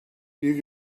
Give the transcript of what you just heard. you